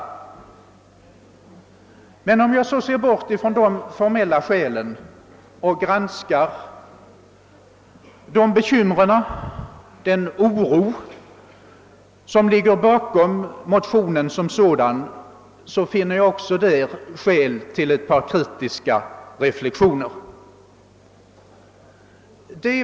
Men om jag ser bort från de formella skälen och granskar de bekymmer och den oro som ligger bakom motionen som sådan, finner jag också anledning till ett par kritiska reflexioner.